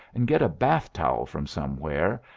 and get a bath towel from somewhere,